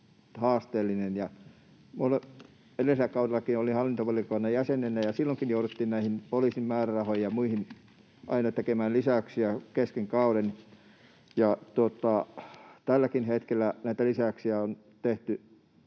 kaudellakin olin hallintovaliokunnan jäsenenä, ja silloinkin jouduttiin näihin poliisin määrärahoihin ja muihin aina tekemään lisäyksiä kesken kauden. Tälläkin hetkellä näitä lisäyksiä on tehty,